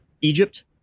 Egypt